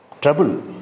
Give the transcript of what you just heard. trouble